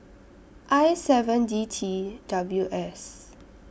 I seven D T W S